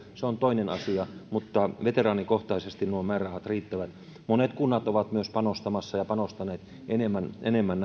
on toinen asia mutta veteraanikohtaisesti nuo määrärahat riittävät monet kunnat ovat myös panostamassa ja panostaneet enemmän enemmän